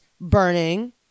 burning